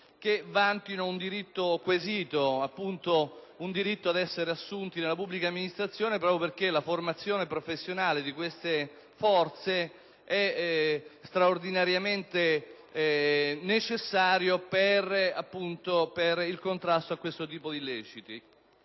me, vantino un diritto quesito ad essere assunti dalla pubblica amministrazione, proprio perché la formazione professionale di queste forze è straordinariamente necessaria per il contrasto di illeciti